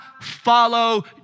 follow